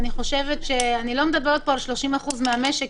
אני לא מדברת על 30% מהמשק,